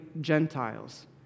Gentiles